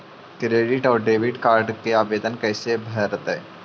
Credit और debit card के आवेदन कैसे भरैतैय?